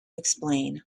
explain